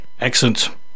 Excellent